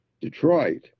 Detroit